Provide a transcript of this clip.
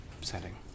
setting